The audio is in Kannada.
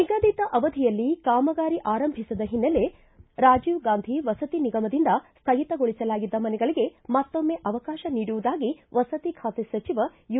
ನಿಗದಿತ ಅವಧಿಯಲ್ಲಿ ಕಾಮಗಾರಿ ಆರಂಭಿಸದ ಹಿನ್ನೆಲೆ ರಾಜೀವ ಗಾಂಧಿ ವಸತಿ ನಿಗಮದಿಂದ ಸ್ವಗಿತಗೊಳಿಸಲಾಗಿದ್ದ ಮನೆಗಳಿಗೆ ಮತ್ತೊಮ್ಮೆ ಅವಕಾಶ ನೀಡುವುದಾಗಿ ವಸತಿ ಖಾತೆ ಸಚಿವ ಯು